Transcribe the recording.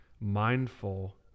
mindful